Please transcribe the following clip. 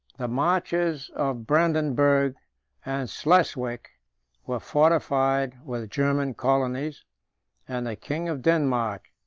the marches of brandenburgh and sleswick were fortified with german colonies and the king of denmark,